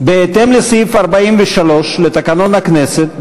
בהתאם לסעיף 43 לתקנון הכנסת,